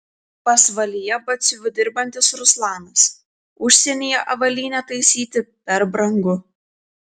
pasvalyje batsiuviu dirbantis ruslanas užsienyje avalynę taisyti per brangu